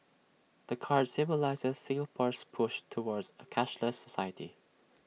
the card symbolises Singapore's push towards A cashless society